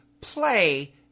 play